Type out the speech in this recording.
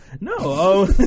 No